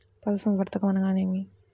పశుసంవర్ధకం అనగా ఏమి?